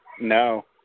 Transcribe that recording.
No